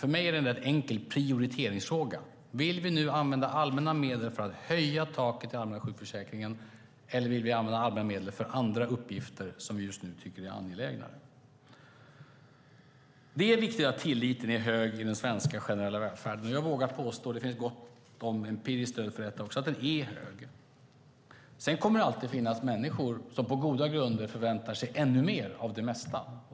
För mig är det en rätt enkel prioriteringsfråga. Vill vi nu använda allmänna medel för att höja taket i den allmänna sjukförsäkringen, eller vill vi använda allmänna medel för andra uppgifter som vi just nu tycker är angelägnare? Det är viktigt att tilliten till den svenska generella välfärden är hög. Och jag vågar påstå - det finns gott om empiriskt stöd för detta - att den är hög. Sedan kommer det alltid att finnas människor som på goda grunder förväntar sig ännu mer av det mesta.